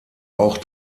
auch